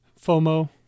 FOMO